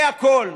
זה הכול.